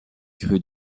crues